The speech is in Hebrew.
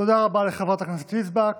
תודה רבה לחברת הכנסת יזבק.